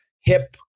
hip